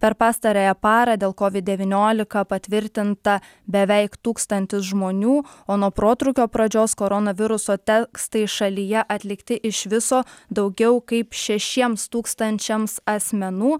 per pastarąją parą dėl kovid devyniolika patvirtinta beveik tūkstantis žmonių o nuo protrūkio pradžios koronaviruso tekstai šalyje atlikti iš viso daugiau kaip šešiems tūkstančiams asmenų